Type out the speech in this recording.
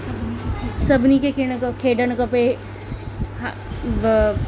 सभिनी खे खेॾणु त खेॾणु खपे हा बि